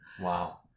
wow